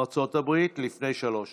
ארה"ב, לפני שלוש שנים.